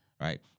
Right